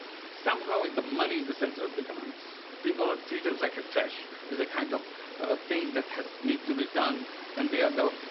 somehow the money is the center of the economics, people are treated like a trash, as a kind of things that has need to be done and they are the